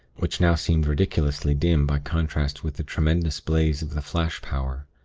which now seemed ridiculously dim by contrast with the tremendous blaze of the flash-power.